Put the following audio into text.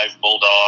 bulldog